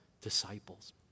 disciples